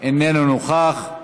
אינו נוכח.